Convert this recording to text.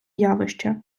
явище